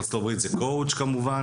בארצות הברית זה קוצ' כמובן,